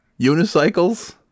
unicycles